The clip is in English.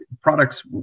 products